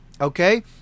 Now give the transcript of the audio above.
Okay